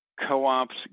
co-ops